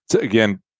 Again